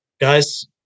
guys